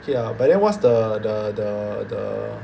okay ah but then what's the the the the